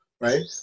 right